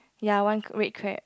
ya one red crab